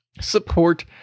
support